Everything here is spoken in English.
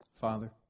Father